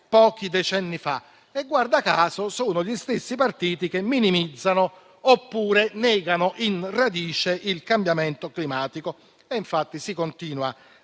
pochi decenni fa e guarda caso sono gli stessi partiti che minimizzano oppure negano in radice il cambiamento climatico. Si continua